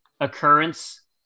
Occurrence